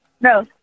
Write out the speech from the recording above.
No